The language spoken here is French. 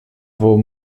vos